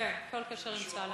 כן, כל קשר עם צה"ל.